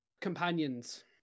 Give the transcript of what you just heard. Companions